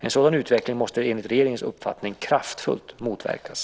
En sådan utveckling måste enligt regeringens uppfattning kraftfullt motverkas.